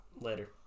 Later